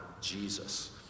Jesus